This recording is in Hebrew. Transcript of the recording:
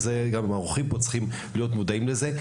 גם האורחים פה צריכים להיות מודעים לזה.